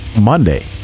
Monday